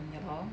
ya lor